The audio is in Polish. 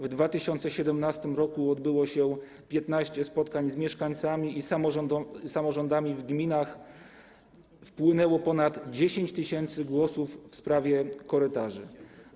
W 2017 r. odbyło się 15 spotkań z mieszkańcami i samorządami w gminach, wpłynęło ponad 10 tys. głosów w sprawie korytarzy.